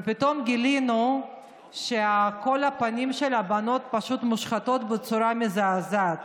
ופתאום גילינו שכל הפנים של הבנות פשוט מושחתות בצורה מזעזעת.